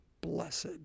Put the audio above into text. blessed